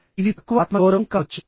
ఇది తక్కువ ఆత్మగౌరవం కావచ్చు